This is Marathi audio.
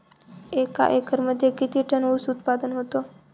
एका एकरमध्ये किती टन ऊस उत्पादन होतो?